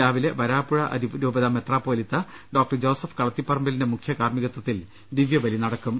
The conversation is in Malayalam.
രാവിലെ വരാപ്പുഴ അതിരൂപത മെത്രാപ്പൊലീത്ത ഡോക്ടർ ജോസഫ് കളത്തിപറമ്പിലിന്റെ മുഖ്യകാർമ്മികത്വത്തിൽ ദിവ്യബലി നട ക്കും